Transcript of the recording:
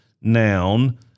noun